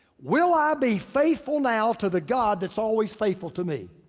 will i be faithful now to the god that's always faithful to me?